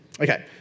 Okay